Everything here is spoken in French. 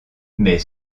mes